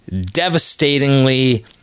devastatingly